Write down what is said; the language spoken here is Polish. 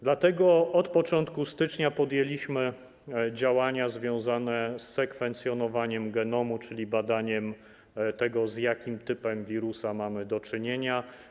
Dlatego od początku stycznia podejmujemy działania związane z sekwencjonowaniem genomu, czyli badaniem tego, z jakim typem wirusa mamy do czynienia.